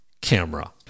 camera